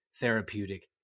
therapeutic